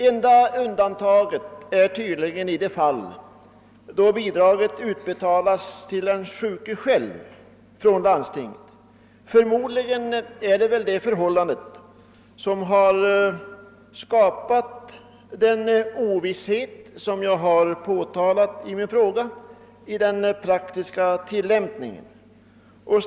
Enda undantaget är tydligen det fall då bidraget utbetalas till den sjuke själv från landstinget. Förmodligen är det detta förhållande som skapat den ovisshet i den praktiska tillämpningen som jag har påtalat i min fråga.